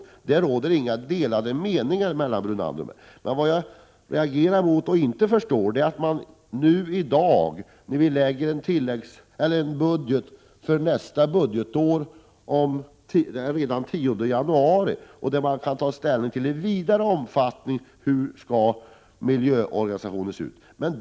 I det avseendet råder inga delade meningar mellan Lennart Brunander och mig. Vi lägger fram förslag till en budget för nästa budgetår redan den 11 januari. I det sammanhanget kan man i vidare omfattning ta ställning till hur miljöorganisationen skall se ut.